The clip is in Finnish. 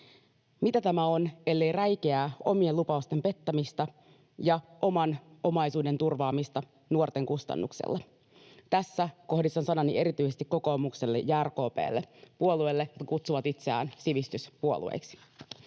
Mitä tämä on, ellei räikeää omien lupausten pettämistä ja oman omaisuuden turvaamista nuorten kustannuksella? Tässä kohdistan sanani erityisesti kokoomukselle ja RKP:lle, puolueille, jotka kutsuvat itseään sivistyspuolueiksi.